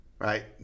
Right